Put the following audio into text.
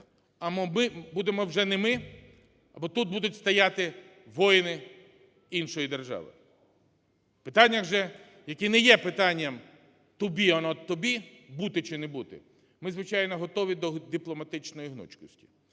ми будемо вже не ми, або тут будуть стояти воїни іншої держави. В питаннях же, які не є питанням "to be or not to be?" (бути чи не бути), ми, звичайно, готові до дипломатичної гнучкості,